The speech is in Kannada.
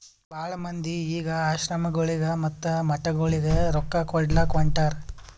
ಭಾಳ ಮಂದಿ ಈಗ್ ಆಶ್ರಮಗೊಳಿಗ ಮತ್ತ ಮಠಗೊಳಿಗ ರೊಕ್ಕಾ ಕೊಡ್ಲಾಕ್ ಹೊಂಟಾರ್